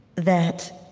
that